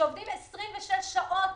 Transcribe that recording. שעובדים 26 שעות